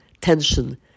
tension